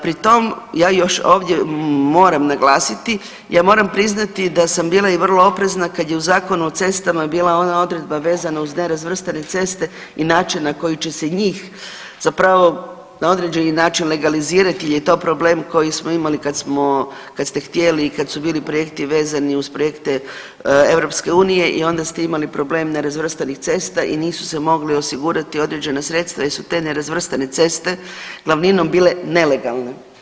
Pri tom ja još ovdje moram naglasiti, ja moram priznati da sam bila i vrlo oprezna kad je u Zakonu o cestama bila ona odredba vezano uz nerazvrstane ceste i način na koji će se njih zapravo na određeni način legalizirati jer je to problem koji smo imali kad smo, kad ste htjeli i kad su bili projekti vezani uz projekte EU i onda ste imali problem nerazvrstanih cesta i nisu se mogli osigurati određena sredstva jer su te nerazvrstane ceste glavninom bile nelegalne.